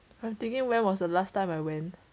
I'm thinking when was the last time I went